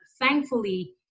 thankfully